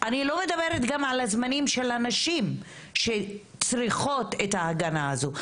אני לא מדברת גם על הזמנים של הנשים שצריכות את ההגנה הזו,